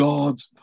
God's